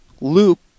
loop